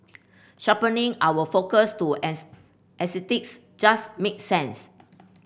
sharpening our focus to as exotics just make sense